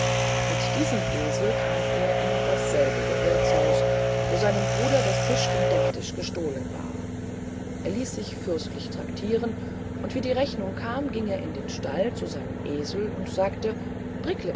mit diesem esel kam er in dasselbige wirthshaus wo seinem bruder das tischgen deck dich gestolen war er ließ sich fürstlich tractiren und wie die rechnung kam ging er in den stall zu seinem esel und sagte